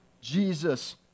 Jesus